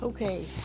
Okay